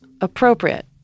appropriate